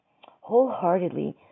wholeheartedly